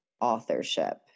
authorship